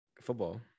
football